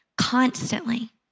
constantly